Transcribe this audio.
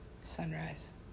sunrise